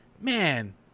man